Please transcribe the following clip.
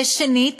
שנית,